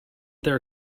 there